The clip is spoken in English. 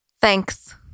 Thanks